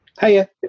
Hiya